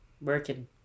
Working